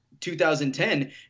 2010